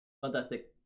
fantastic